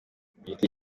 giti